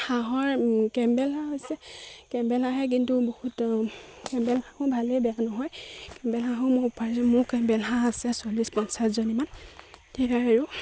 হাঁহৰ কেম্বেল হাঁহ হৈছে কেম্বেল হাঁহে কিন্তু বহুত কেম্বেল হাঁহো ভালেই বেয়া নহয় কেম্বেল হাঁহো মোৰ উপাৰ্জন মোৰ কেম্বেল হাঁহ আছে চল্লিছ পঞ্চাছজনীমান সেয়াই আৰু